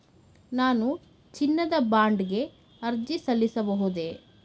ನಾನು ಚಿನ್ನದ ಬಾಂಡ್ ಗೆ ಅರ್ಜಿ ಸಲ್ಲಿಸಬಹುದೇ?